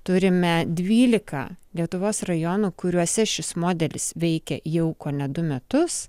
turime dvylika lietuvos rajonų kuriuose šis modelis veikia jau kone du metus